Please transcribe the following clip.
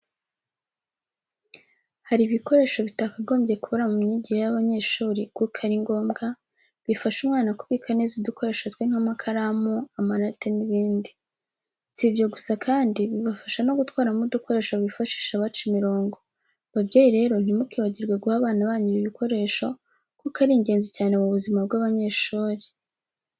Hari ibikoresho bitakagombye kubura mu myigire y'abanyeshuri, kuko ari ngombwa, bifasha umwana kubika neza udukoresho twe nk'amakaramu, amarate n'ibindi. Si ibyo gusa kandi bibafasha no gutwaramo udukoresho bifashisha baca imirongo. Babyeyi rero ntimukibagirwe guha abana banyu ibi bikoresho kuko ari ingenzi cyane mu buzima bw'abanyeshuri.